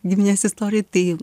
giminės istorijoj tai